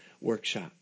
Workshop